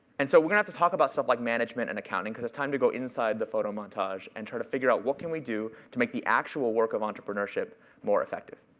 and so, we're gonna have to talk about stuff like management and accounting, cause it's time to go inside the photo montage and try to figure out what can we do to make the actual work of entrepreneurship more effective.